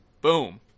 Boom